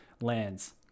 lands